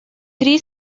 три